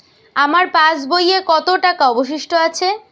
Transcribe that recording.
আমার পাশ বইয়ে কতো টাকা অবশিষ্ট আছে?